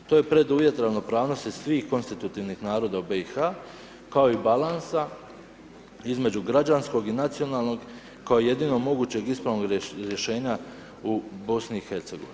To je preduvjet ravnopravnosti svih konstitutivnih naroda u BiH kao i balansa između građanskog i nacionalnog kao jedinog mogućeg ispravnog rješenja u BiH.